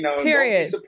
Period